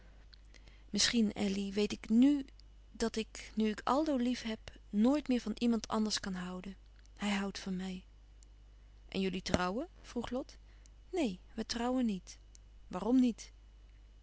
misschien elly weet ik n dat ik nu ik aldo liefheb nooit meer van iemand anders kan houden hij houdt van mij en jullie trouwen vroeg lot neen we trouwen niet waarom niet